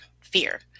fear